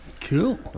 Cool